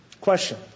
Question